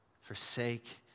Forsake